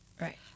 Right